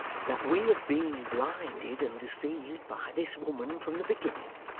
that we have been blinded and deceived by this woman from the beginning?